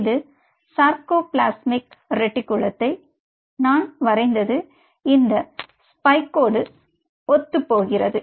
இது சர்கோபிளாஸ்மிக் ரெட்டிகுலத்தை நான் வரைந்தது இந்த ஸ்பைக்கோடு ஒத்துப்போகிறது